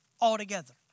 altogether